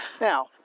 Now